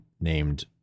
named